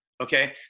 Okay